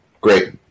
Great